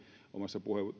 omassa